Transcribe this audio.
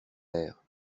air